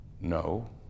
No